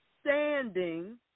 standing